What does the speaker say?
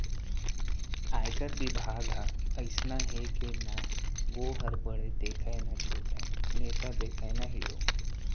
आयकर बिभाग ह अइसना हे के ना वोहर बड़े देखय न छोटे, नेता देखय न हीरो